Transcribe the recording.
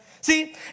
See